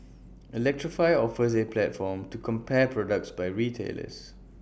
electrify offers A platform to compare products by retailers